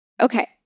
Okay